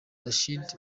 rachid